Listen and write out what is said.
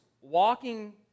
walking